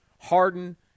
Harden